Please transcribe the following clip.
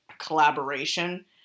collaboration